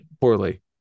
poorly